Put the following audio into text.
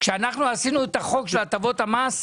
וכשאנחנו חוקקנו את החוק של הטבות המס,